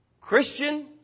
Christian